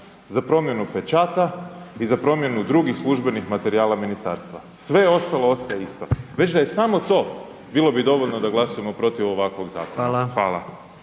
za promjenu pečata i za promjenu drugih službenih materijala ministarstva, sve ostalo ostaje isto. Već da je samo to bilo bi dovoljno da glasujemo protiv ovakvog zakona. Hvala.